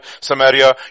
Samaria